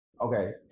Okay